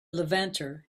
levanter